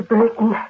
Burton